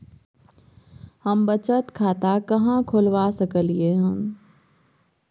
हम बचत खाता कहाॅं खोलवा सकलिये हन?